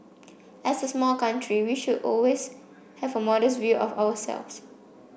as a small country we should always have a modest view of ourselves